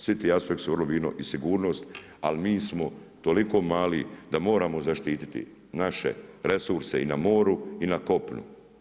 Svi ti aspekti su … i sigurnost, ali mi smo toliko mali da moramo zaštititi naše resurse i na moru i na kopnu.